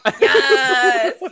Yes